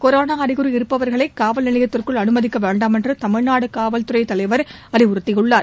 கொரோனாஅறிகுறி இருப்பவர்களைகாவல் நிலையத்திற்குள் அமைதிக்கவேண்டாம் என்றுதமிழ்நாடுகாவல்துறைதலைவா் அறிவுறுத்தியுள்ளார்